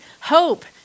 Hope